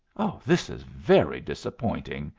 this is very disappointing,